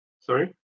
Sorry